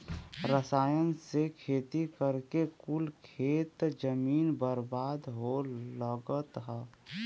रसायन से खेती करके कुल खेत जमीन बर्बाद हो लगल हौ